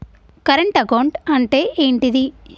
Current account అంటే ఏంటిది?